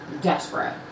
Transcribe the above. desperate